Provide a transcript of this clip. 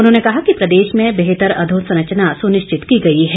उन्होंने कहा कि प्रदेश में बेहतर अधोसरंचना सुनिश्चित की गई है